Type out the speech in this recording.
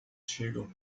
chegam